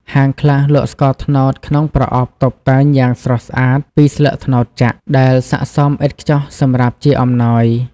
ហាងខ្លះលក់ស្ករត្នោតក្នុងប្រអប់តុបតែងយ៉ាងស្រស់ស្អាតពីស្លឹកត្នោតចាក់ ដែលសាកសមឥតខ្ចោះសម្រាប់ជាអំណោយ។